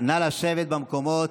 נא לשבת במקומות.